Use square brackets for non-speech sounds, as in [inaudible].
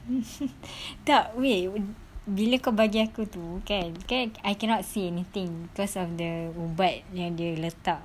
[laughs] tak wei bila kau bagi aku tu kan kan I cannot see anything cause of the ubat yang dia letak